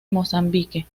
mozambique